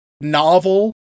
novel